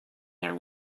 their